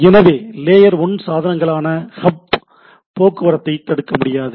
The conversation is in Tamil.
எனவே லேயர் 1 சாதனங்களான ஹப்கள் போக்குவரத்தை தடுக்க முடியாது